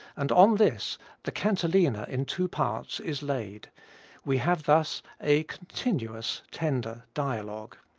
and on this the cantilena in two parts is laid we have thus a continuous, tender dialogue.